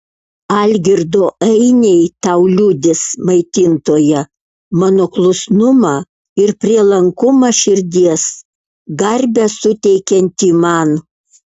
algirdo ainiai tau liudys maitintoja mano klusnumą ir prielankumą širdies garbę suteikiantį man